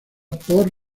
por